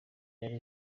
yari